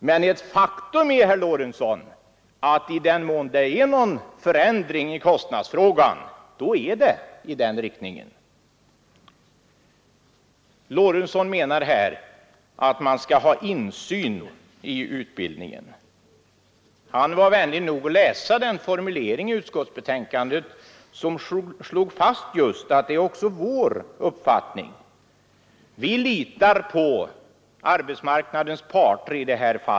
Men ett faktum är, herr Lorentzon, att i den mån vpk-förslaget innebär någon förändring i kostnadsfrågan, så är det i den riktningen. Herr Lorentzon menar att man skall ha insyn i utbildningen. Han var vänlig nog att läsa upp den formulering i utskottsbetänkandet där vi slår fast att detta också är vår uppfattning. Vi litar i det här fallet på arbetsmarknadens parter.